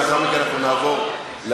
לאחר מכן אנחנו נעבור להצבעה.